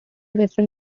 western